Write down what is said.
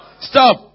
Stop